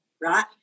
Right